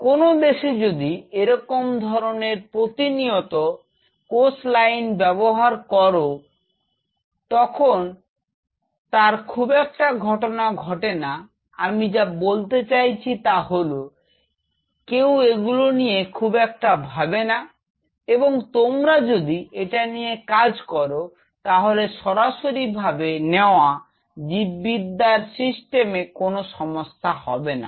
কোন দেশে যদি এরকম ধরনের প্রতিনিয়ত কোষ লাইন ব্যবহার করো তখন তার খুব একটা ঘটনা ঘটে না আমি যা বলতে চাচ্ছি তা হল কেউ এগুলো নিয়ে খুব একটা ভাবে না এবং তোমরা যদি এটা নিয়ে কাজ করো তাহলে সরাসরি ভাবে নেওয়া জীব বিদ্যার সিস্টেমে কোন সমস্যা হবে না